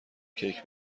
کیک